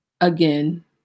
again